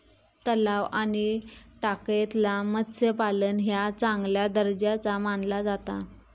तलाव आणि टाकयेतला मत्स्यपालन ह्या चांगल्या दर्जाचा मानला जाता